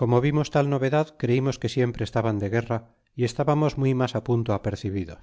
como vimos tal novedad creimos que siempre estaban de guerra y estábamos muy mas á punto apercebidos